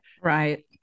Right